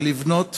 ולבנות